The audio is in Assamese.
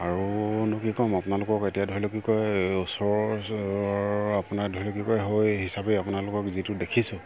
আৰুনো কি ক'ম মই আপোনালোকক এতিয়া ধৰি লওক কি কয় ওচৰৰ আপোনাৰ ধৰি লওক হৈ হিচাপে আপোনালোকক যিটো দেখিছোঁ